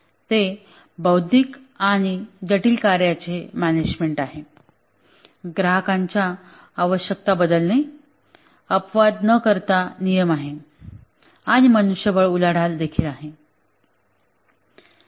ते बौद्धिक आणि जटिल कार्याचे मॅनेजमेंट आहे ग्राहकांच्या आवश्यकता बदलणे अपवाद न करता नियम आहे आणि मनुष्यबळ उलाढाल देखील आहे